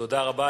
תודה רבה.